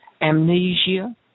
Amnesia